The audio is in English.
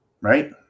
right